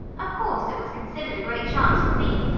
of course it was considered a great chance for me,